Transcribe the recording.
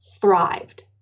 thrived